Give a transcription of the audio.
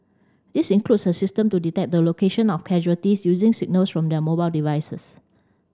this includes a system to detect the location of casualties using signals from their mobile devices